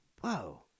Whoa